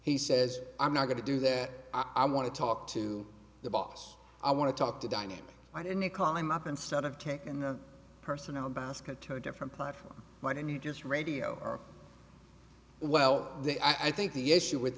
he says i'm not going to do that i want to talk to the boss i want to talk to dynamic why didn't he call him up instead of taking the personnel basket to a different platform why don't you just radio well the i think the issue with